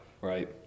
Right